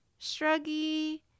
Shruggy